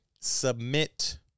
submit